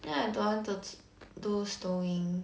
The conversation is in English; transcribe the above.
then I don't want to do stowing